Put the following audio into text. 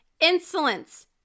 insolence